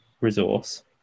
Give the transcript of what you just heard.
resource